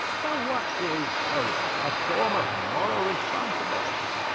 for what is hope? a form of moral responsibility.